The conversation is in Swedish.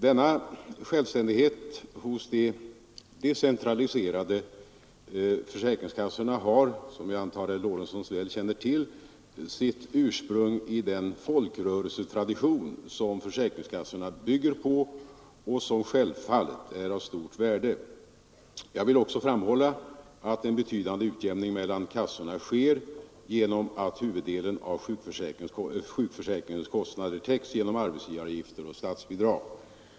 Denna självständighet hos de decentraliserade försäkringskassorna har, som jag antar att herr Lorentzon väl känner till, sitt ursprung i den folkrörelsetradition som försäkringskassorna bygger på och som självfallet är av stort värde. Jag vill också framhålla att en betydande utjämning mellan kassorna sker genom att huvuddelen av sjukförsäkringskostnaderna täcks genom arbetsgivaravgifter och statsbidrag.